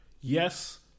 Yes